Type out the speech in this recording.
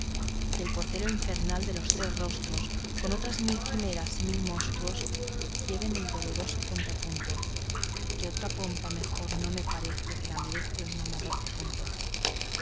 el portero infernal de los tres rostros con otras mil quimeras y mil monstros lleven el doloroso contrapunto que otra pompa mejor no me parece que la merece un amador difunto